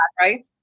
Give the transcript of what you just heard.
Right